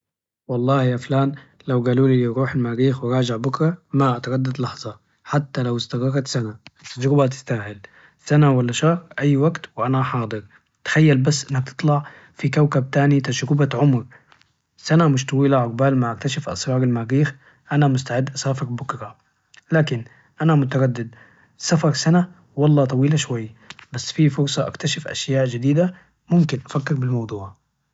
والله يا فلان، لو قالولي روح المريخ وراجع بكرة ما أتردد لحظة، حتى لو استغرقت سنة التجربة تستاهل، سنة ولا شهر أي وقت وأنا حاضر تخيل بس إنها تطلع في كوكب تاني تجربة عمر، سنة مش طويلة عقبال ما أكتشف أسرار المريخ أنا مستعد أسافر بكرة، لكن أنا متردد سفر سنة! والله طويلة شوي، بس فيه فرصة أكتشف أشياء جديدة ممكن أفكر بالموضوع.